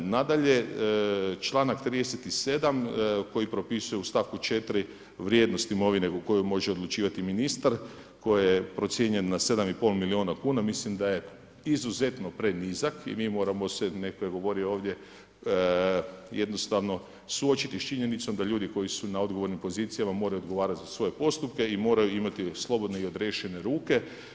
Nadalje, članak 37. koji propisuje u stavku 4. vrijednost imovine o kojoj može odlučivati ministar koji je procijenjen na 7 i pol milijuna kuna, mislim da je izuzetno prenizak i mi moramo se, netko je govorio ovdje, jednostavno suočiti sa činjenicom da ljudi koji su na odgovornim pozicijama moraju odgovarati za svoje postupke i moraju imati slobodne i odriješene ruke.